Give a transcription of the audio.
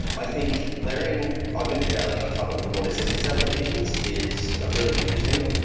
i think learning augmented reality on top of remote assistance applications is ah really interesting.